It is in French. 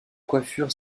coiffure